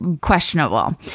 questionable